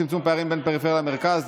צמצום פערים בין הפריפריה למרכז),